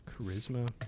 Charisma